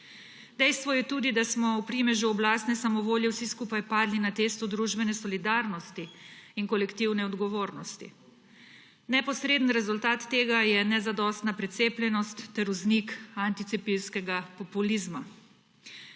Dejstvo je tudi, da smo v primežu oblastne samovolje vsi skupaj padli na testu družbene solidarnosti in kolektivne odgovornosti. Neposreden rezultat tega je nezadostna precepljenost ter vznik anticepilskega populizma.